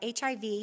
HIV